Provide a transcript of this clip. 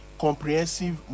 comprehensive